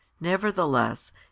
Nevertheless